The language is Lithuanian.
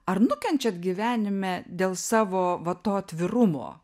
ar nukenčiat gyvenime dėl savo va to atvirumo